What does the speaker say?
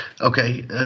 Okay